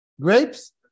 Grapes